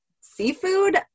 seafood